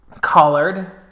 collared